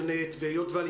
שאלת את השאלות,